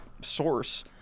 source